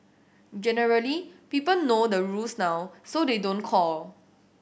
generally people know the rules now so they don't call